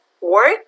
work